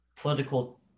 political